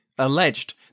alleged